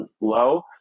low